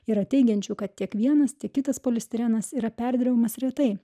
yra teigiančių kad tiek vienas tiek kitas polistirenas yra perdirbamas retai